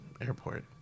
Airport